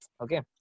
Okay